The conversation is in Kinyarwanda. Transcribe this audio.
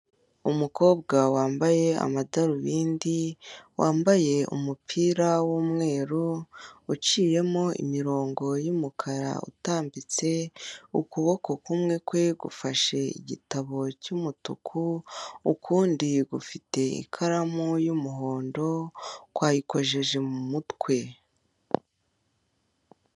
Umukobwa wambaye amadarobindi, wambaye umupira w'umweru uciyemo imirongo y'umukara utambitse. Ukuboko kumwe gufasha igitabo cy'umutuku, ukundi gufite ikaramu y'umuhondo, kwayikojeje mu mutwe.